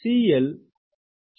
CL 0